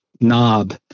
knob